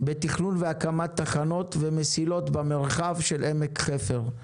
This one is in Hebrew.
בתכנון והקמת תחנות ומסילות במרחב של עמק חפר.